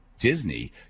Disney